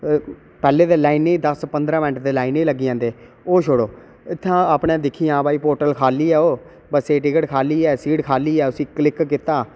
पैह्ले गै लाइनां दस पंदरां मिंट ते लाइनें च लग्गी जंदे उत्थुआं अपनै दिक्खी आं खाली आओ बस्सै दी टिकट खाली ऐ सीट खाली ऐ उसी क्लिक कीता